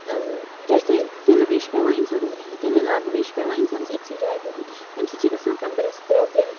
جیسے تِلہٕ وِز چھِ پیٚوان اِنسانَس تِلہٕ لاونہٕ وِز چھُ پیٚوان اِنسانَس أکسٕے جایہِ بِہُن تَمہِ سۭتۍ چھِ گژھان کَمرَس پرابلِم